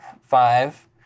five